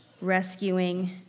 rescuing